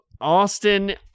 austin